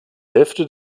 hälfte